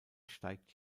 steigt